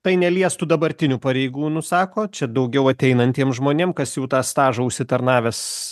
tai neliestų dabartinių pareigūnų sako čia daugiau ateinantiem žmonėm kas jau tą stažą užsitarnavęs